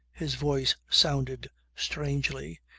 his voice sounded strangely,